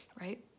right